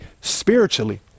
spiritually